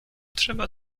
trzeba